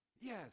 yes